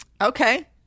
Okay